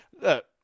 look